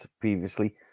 previously